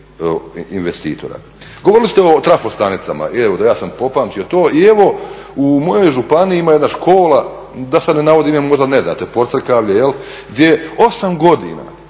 investitora. Govorili ste o trafostanicama, evo ja sam popamtio to, i evo ima u mojoj županiji jedna škola da sada ne navodim ime možda ne znate POcrkavlje gdje osam godina